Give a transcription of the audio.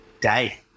Day